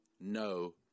no